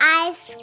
ice